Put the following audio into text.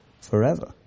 forever